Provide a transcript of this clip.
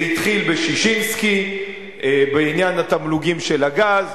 זה התחיל בששינסקי בעניין תמלוגי הגז,